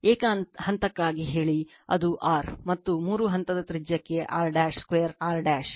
ಏಕ ಹಂತಕ್ಕಾಗಿ ಹೇಳಿ ಅದು R ಮತ್ತು ಮೂರು ಹಂತದ ತ್ರಿಜ್ಯಕ್ಕೆ R 2 R